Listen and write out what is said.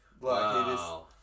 Wow